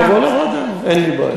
שזה יעבור לוועדה, אין לי בעיה.